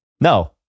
no